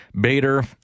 bader